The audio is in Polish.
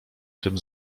tym